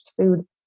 food